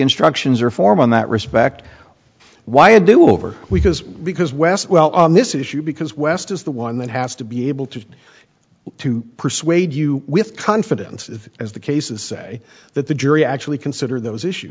instructions or form in that respect why a do over we can because wes well on this issue because west is the one that has to be able to persuade you with confidence as the cases say that the jury actually consider those issue